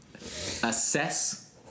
Assess